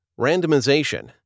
Randomization